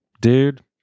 Dude